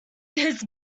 this